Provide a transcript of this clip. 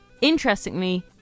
interestingly